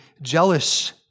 jealous